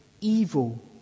evil